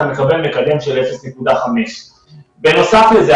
אתה מקבל מקדם של 0,5. בנוסף לזה,